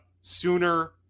sooner